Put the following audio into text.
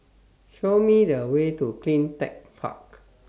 Show Me The Way to CleanTech Park